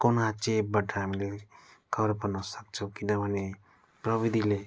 कुना चेपबट हामीले खबर पाउन सक्छौँ किनभने प्रविधिले